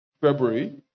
February